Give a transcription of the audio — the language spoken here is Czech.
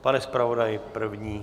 Pane zpravodaji první.